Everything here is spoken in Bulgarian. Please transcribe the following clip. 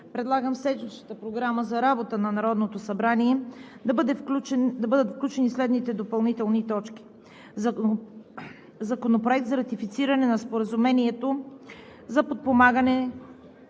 предлагам в седмичната Програма за работа на Народното събрание да бъдат включени следните допълнителни точки: Законопроект за ратифициране на Споразумението за подпомагане